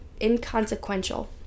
inconsequential